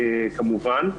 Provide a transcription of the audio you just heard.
כמובן,